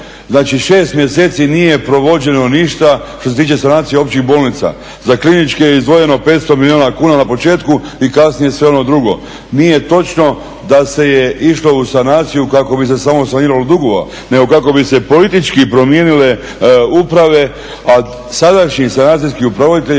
Znači 6 mjeseci nije provođeno ništa što se tiče sanacija općih bolnica. Za kliničke je izdvojeno 500 milijuna kuna na početku i kasnije sve ono drugo. Nije točno da se je išlo u sanaciju kako bi se samo saniralo dugova nego kako bi se političke promijenile uprave, a sadašnji sanacijski upravitelji